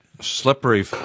slippery